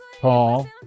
Paul